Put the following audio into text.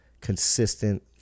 consistent